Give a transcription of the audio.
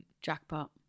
Jackpot